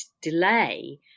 delay